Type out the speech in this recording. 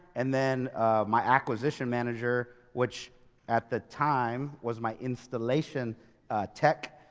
and then my acquisition manager, which at the time was my installation tech,